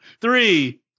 three